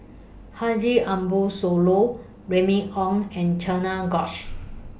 Haji Ambo Sooloh Remy Ong and Cherian George